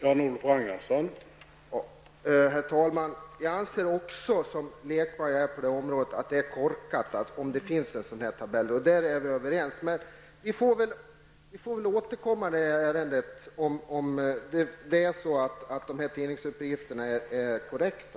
Herr talman! Som lekman på det här området anser också jag att det är korkat, om det finns en sådan tabell. Här är vi överens. Vi får väl återkomma, om tidningsuppgifterna är korrekta.